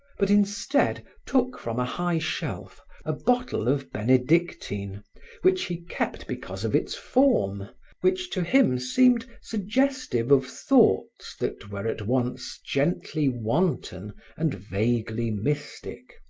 but instead took from a high shelf a bottle of benedictine which he kept because of its form which to him seemed suggestive of thoughts that were at once gently wanton and vaguely mystic.